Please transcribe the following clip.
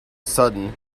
sudden